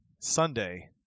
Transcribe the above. sunday